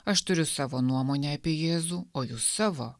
aš turiu savo nuomonę apie jėzų o jūs savo